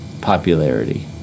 popularity